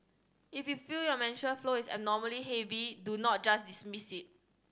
if you feel your menstrual flow is abnormally heavy do not just dismiss it